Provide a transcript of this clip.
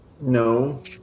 No